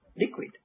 liquid